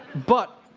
but,